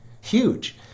Huge